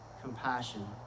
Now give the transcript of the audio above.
compassion